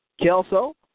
Kelso